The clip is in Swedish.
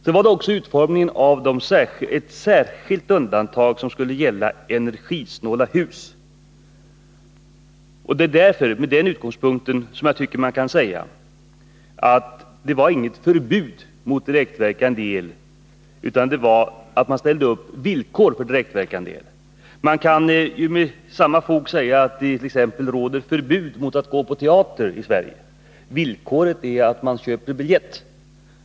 Sedan har det också gällt att utforma ett särskilt undantag, som skulle gälla energisnåla hus. Det är med denna utgångspunkt jag tycker att man kan säga att det inte var fråga om något förbud mot direktverkande el, utan att man ställde upp villkor för att få använda direktverkande el. Vi kan med samma fog säga exempelvis att det råder förbud mot att gå på teater i Sverige — villkoret för att komma in är att man köper biljett.